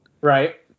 Right